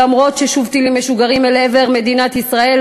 למרות העובדה ששוב טילים משוגרים אל עבר מדינת ישראל,